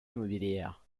immobilière